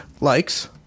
likes